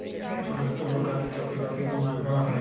ছট ছট লকাতে চাপে লদীতে যে মাছ ধরা হ্যয়